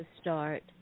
start